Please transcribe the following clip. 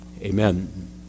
amen